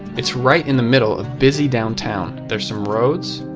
it's right in the middle of busy downtown. there's some roads,